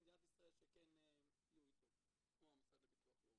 במדינת ישראל שכן יהיו איתו כמו המשרד לביטוח לאומי.